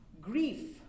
grief